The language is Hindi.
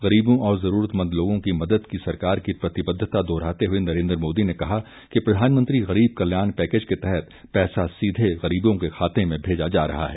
गरीबों और जरूरतमंद लोगों की मदद की सरकार की प्रतिबद्धता दोहराते हुए नरेंद्र मोदी ने कहा कि प्रधानमंत्री गरीब कल्याण पैकेज के तहत पैसा सीधे गरीबों के खातों में भेजा जा रहा है